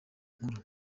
nkuru